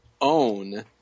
own